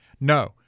No